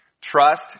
Trust